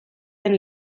den